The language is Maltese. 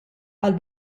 għall